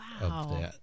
Wow